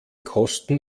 kosten